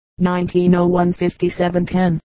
1901-5710